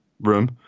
room